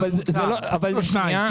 לא שניים.